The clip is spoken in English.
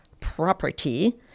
property